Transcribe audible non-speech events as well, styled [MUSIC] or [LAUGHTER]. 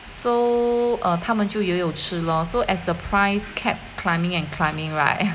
so err 他们就也有吃 lor so as the price kept climbing and climbing right [LAUGHS]